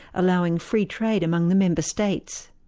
allowing free trade among the member states.